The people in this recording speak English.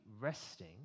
resting